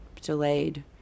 delayed